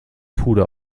puder